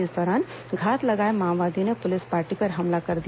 इस दौरान घात लगाए माओवदियों ने पुलिस पार्टी पर हमला कर दिया